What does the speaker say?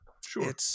sure